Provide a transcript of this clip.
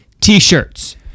T-shirts